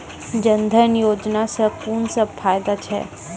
जनधन योजना सॅ कून सब फायदा छै?